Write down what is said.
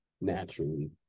naturally